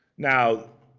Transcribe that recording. now,